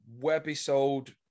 webisode